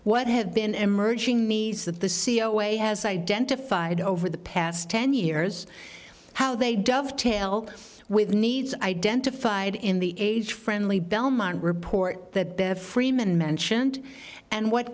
what have been emerging needs that the c e o way has identified over the past ten years how they dovetail with the needs identified in the age friendly belmont report that there freeman mentioned and what